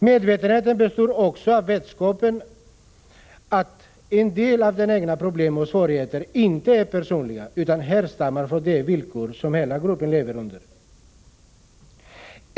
Medvetenheten består också av vetskapen att en del av de egna problemen och svårigheterna inte är personliga, utan härstammar från de villkor som hela gruppen lever under.